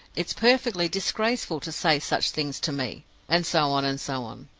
it's perfectly disgraceful to say such things to me and so on, and so on.